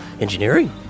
engineering